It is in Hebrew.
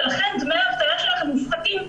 ולכן דמי האבטלה שלך הם מופחתים.